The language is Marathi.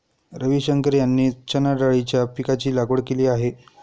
रविशंकर यांनी चणाडाळीच्या पीकाची लागवड केली आहे